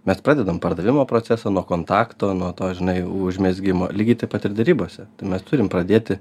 mes pradedam pardavimo procesą nuo kontakto nuo to žinai užmezgimo lygiai taip pat ir derybose mes turim pradėti